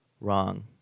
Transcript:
Wrong